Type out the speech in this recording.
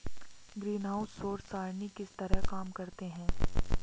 greenhouse सौर सरणी किस तरह काम करते हैं